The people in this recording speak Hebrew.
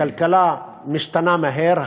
הכלכלה משתנה מהר,